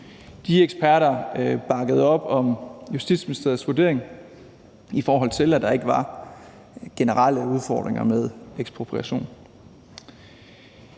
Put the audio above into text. De eksperter bakkede op om Justitsministeriets vurdering af, at der ikke var generelle udfordringer med ekspropriation.